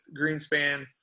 Greenspan